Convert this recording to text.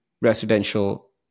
residential